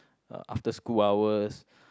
uh after school hours